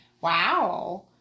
Wow